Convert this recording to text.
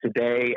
today